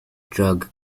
drug